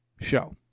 show